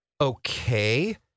okay